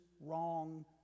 wrong